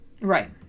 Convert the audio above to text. Right